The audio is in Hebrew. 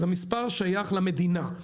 המספר שייך למדינה.